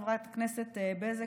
חברת הכנסת בזק,